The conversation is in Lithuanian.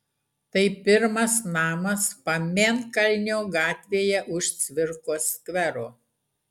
tai pirmas namas pamėnkalnio gatvėje už cvirkos skvero